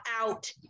out